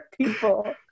people